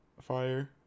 Fire